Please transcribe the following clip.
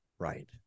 Right